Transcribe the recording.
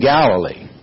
Galilee